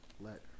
let